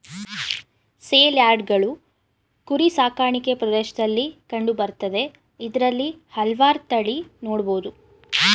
ಸೇಲ್ಯಾರ್ಡ್ಗಳು ಕುರಿ ಸಾಕಾಣಿಕೆ ಪ್ರದೇಶ್ದಲ್ಲಿ ಕಂಡು ಬರ್ತದೆ ಇದ್ರಲ್ಲಿ ಹಲ್ವಾರ್ ತಳಿ ನೊಡ್ಬೊದು